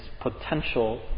potential